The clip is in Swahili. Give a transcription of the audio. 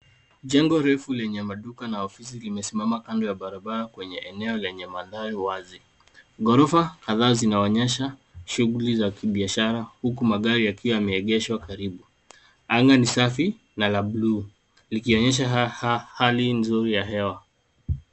Jengo refu lenye maduka na ofisi limesimama kando ya barabara kwenye eneo lenye mandhari wazi. Ghorofa zinaonyesha shughuli za kibiashara huku magari yakiwa yameegeshwa karibu. Anga ni safu na la buluu likionyesha hali nzuri ya hewa.